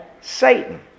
Satan